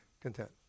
content